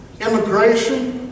immigration